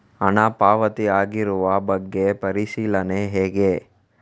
ಹಣ ಪಾವತಿ ಆಗಿರುವ ಬಗ್ಗೆ ಪರಿಶೀಲನೆ ಹೇಗೆ?